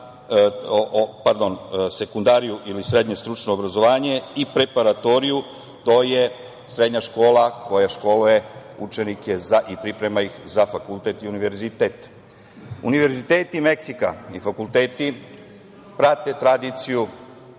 sekundariju ili srednje stručno obrazovanje i preparatoriju, to je srednja škola koja školuje učenike za i priprema ih za fakultet i univerzitet. Univerziteti Meksika i fakulteti prate tradiciju